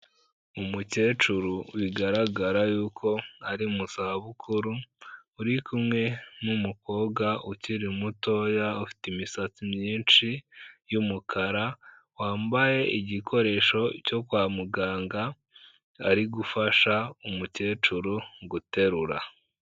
Umukecuru bigaragara yuko ari mu zabukuru, uri kumwe n'umukobwa ukiri mutoya ufite imisatsi myinshi y'umukara, wambaye igikoresho cyo kwa muganga, ari gufasha umukecuru guterura.